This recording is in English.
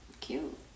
cute